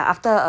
ya